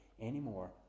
anymore